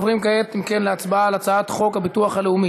אנחנו עוברים כעת להצבעה על הצעת חוק הביטוח הלאומי